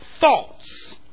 thoughts